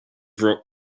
rock